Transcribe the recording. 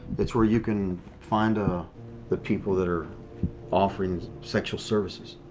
it's where you can find ah the people that are offering sexual services.